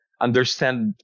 understand